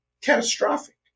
catastrophic